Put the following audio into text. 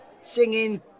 singing